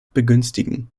begünstigen